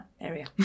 area